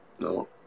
No